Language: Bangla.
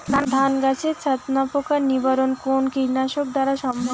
ধান গাছের ছাতনা পোকার নিবারণ কোন কীটনাশক দ্বারা সম্ভব?